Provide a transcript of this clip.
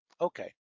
Okay